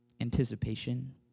anticipation